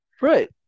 Right